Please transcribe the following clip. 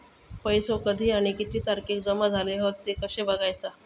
पैसो कधी आणि किती तारखेक जमा झाले हत ते कशे बगायचा?